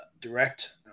direct